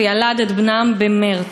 וילד את בנם במרס.